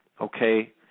okay